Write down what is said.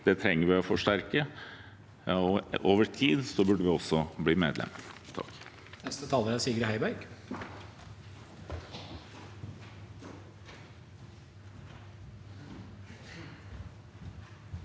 Det trenger vi å forsterke. Over tid burde vi også bli medlem.